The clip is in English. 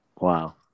Wow